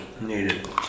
needed